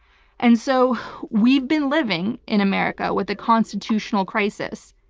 and so we've been living in america with a constitutional crisis.